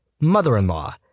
Mother-in-law